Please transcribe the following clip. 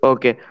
Okay